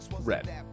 red